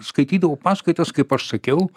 skaitydavau paskaitas kaip aš sakiau